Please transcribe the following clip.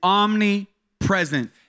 omnipresent